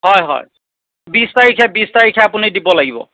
হয় হয় বিছ তাৰিখে বিছ তাৰিখে আপুনি দিব লাগিব